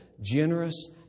generous